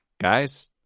guys